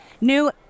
new